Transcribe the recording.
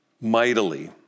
mightily